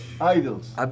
idols